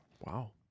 Wow